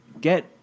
get